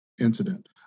incident